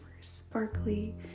sparkly